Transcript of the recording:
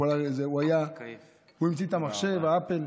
הוא המציא את המחשב של אפל,